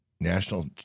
national